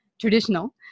traditional